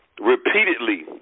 repeatedly